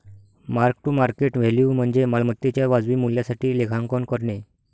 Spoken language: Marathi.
मार्क टू मार्केट व्हॅल्यू म्हणजे मालमत्तेच्या वाजवी मूल्यासाठी लेखांकन करणे